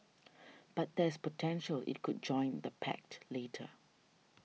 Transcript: but there's potential it could join the pact later